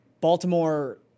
Baltimore